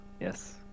Yes